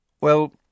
Well